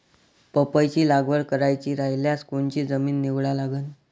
पपईची लागवड करायची रायल्यास कोनची जमीन निवडा लागन?